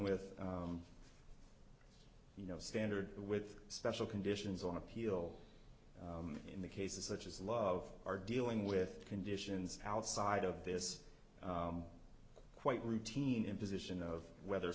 with you know standard with special conditions on appeal in the cases such as love are dealing with conditions outside of this quite routine imposition of whether